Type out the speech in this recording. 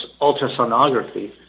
ultrasonography